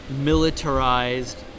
militarized